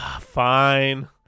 Fine